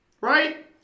right